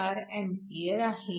024 A आहे